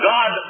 God